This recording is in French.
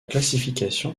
classification